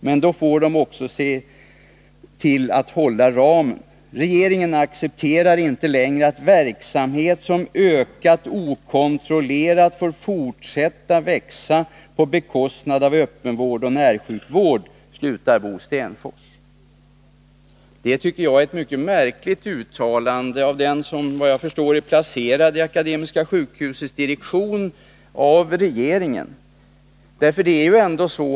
Men då får de också hålla sig till ramen. Regeringen accepterar inte längre att verksamhet som ökat okontrollerat får fortsätta växa på bekostnad av öppenvård och närsjukvård.” Det tycker jag är ett mycket märkligt uttalande av den som, såvitt jag förstår, är den som är placerad i Akademiska sjukhusets direktion av regeringen.